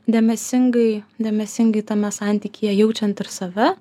dėmesingai dėmesingai tame santykyje jaučiant ir save